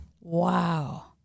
Wow